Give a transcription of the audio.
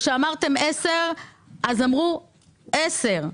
כשאמרתם עשר אז אמרו: עשר.